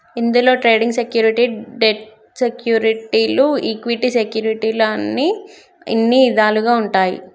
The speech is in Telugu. ఇందులో ట్రేడింగ్ సెక్యూరిటీ, డెట్ సెక్యూరిటీలు ఈక్విటీ సెక్యూరిటీలు అని ఇన్ని ఇదాలుగా ఉంటాయి